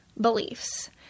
beliefs